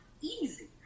easy